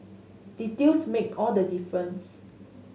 details make all the difference